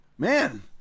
Man